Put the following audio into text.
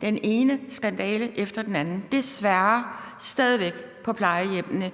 den ene skandale efter den anden på plejehjemmene og